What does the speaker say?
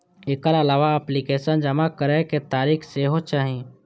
एकर अलावा एप्लीकेशन जमा करै के तारीख सेहो चाही